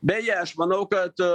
beje aš manau kad